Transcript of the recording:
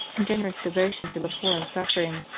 and generous devo tion to the poor and suffering.